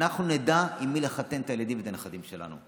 אנחנו נדע עם מי לחתן את הילדים ואת הנכדים שלנו,